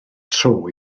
tro